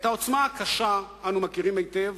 את העוצמה הקשה אנו מכירים היטב,